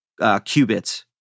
qubits